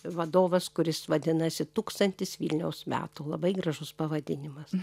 vadovas kuris vadinasi tūkstantis vilniaus metų labai gražus pavadinimas